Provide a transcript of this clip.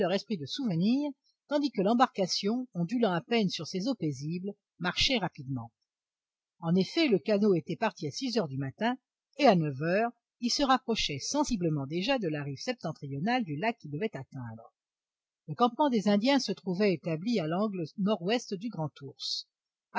esprit de souvenirs tandis que l'embarcation ondulant à peine sur ces eaux paisibles marchait rapidement en effet le canot était parti à six heures du matin et à neuf heures il se rapprochait sensiblement déjà de la rive septentrionale du lac qu'il devait atteindre le campement des indiens se trouvait établi à l'angle nord-ouest du